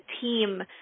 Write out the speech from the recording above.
team